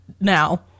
now